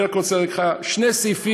אני רק רוצה להגיד לך לגבי שני סעיפים